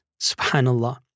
Subhanallah